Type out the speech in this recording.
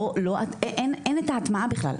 אין את ההטמעה בכלל.